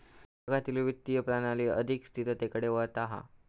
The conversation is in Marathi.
जागतिक वित्तीय प्रणाली अधिक स्थिरतेकडे वळता हा